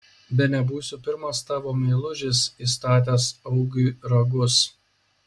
bene būsiu pirmas tavo meilužis įstatęs augiui ragus